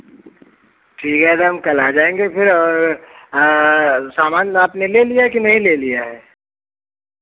ठीक दादा हम कल आ जाएँगे फिर और सामान आपने ले लिया है कि नहीं ले लिया है